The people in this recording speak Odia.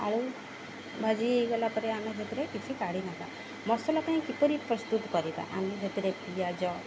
ଆଉ ଭାଜି ହେଇଗଲା ପରେ ଆମେ ସେଥିରେ କିଛି କାଢ଼ ନବା ମସଲା ପାଇଁ କିପରି ପ୍ରସ୍ତୁତ କରିବା ଆମେ ସେଥିରେ ପିଆଜ